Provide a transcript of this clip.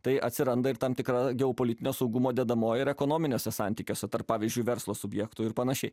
tai atsiranda ir tam tikra geopolitinio saugumo dedamoji ir ekonominiuose santykiuose tarp pavyzdžiui verslo subjektų ir panašiai